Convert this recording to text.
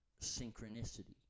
synchronicity